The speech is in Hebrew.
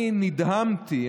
אני נדהמתי,